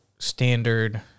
standard